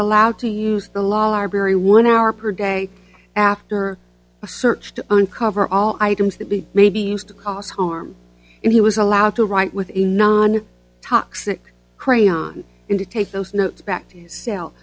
allowed to use the law library one hour per day after a search to uncover all items that he may be used to cause harm he was allowed to write with a non toxic crayon in to take those notes back to sell